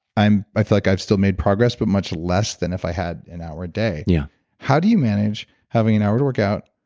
i feel like i've still made progress but much less than if i had an hour a day. yeah how do you manage having an hour to work out,